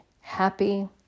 happy